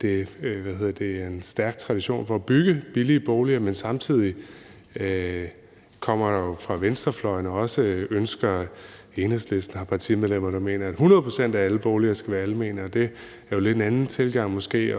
det er en stærk tradition for at bygge billige boliger. Samtidig kommer der fra venstrefløjen også ønsker. Enhedslisten har partimedlemmer, der mener, at 100 pct. af alle boliger skal være almene, og det er jo lidt en anden tilgang måske.